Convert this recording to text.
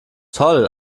toll